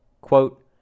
quote